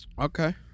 Okay